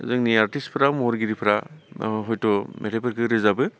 जोंनि आर्टिस्टफोरा महरगिरिफोरा ओ हयथ' मेथाइफोरखो रोजाबो